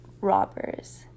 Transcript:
robbers